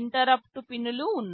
interrupt పిన్లు ఉన్నాయి